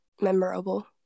memorable